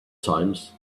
times